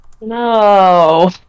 No